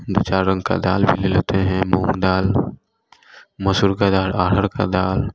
दो चार रंग का दाल भी ले लेते हैं मूंग दाल मसूर का दाल अरहर का दाल